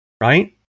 Right